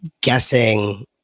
guessing